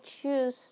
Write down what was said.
choose